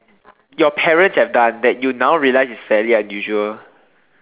your parent have done that you now realise is very unusual